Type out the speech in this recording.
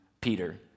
Peter